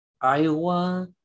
Iowa